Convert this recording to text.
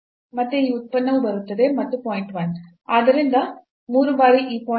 1 ಆದ್ದರಿಂದ 3 ಬಾರಿ ಈ 0